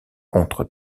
contre